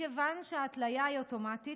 מכיוון שההתליה היא אוטומטית,